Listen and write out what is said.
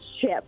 chip